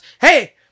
hey